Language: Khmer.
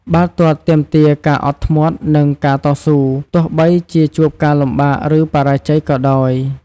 បាល់ទាត់ទាមទារការអត់ធ្មត់ និងការតស៊ូ ទោះបីជាជួបការលំបាក ឬបរាជ័យក៏ដោយ។